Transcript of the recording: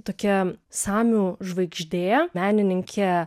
tokia samių žvaigždė menininkė